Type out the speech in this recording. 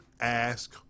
ask